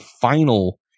final